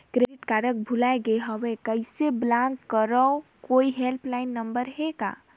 Credit card भुला गे हववं कइसे ब्लाक करव? कोई हेल्पलाइन नंबर हे का?